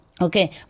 okay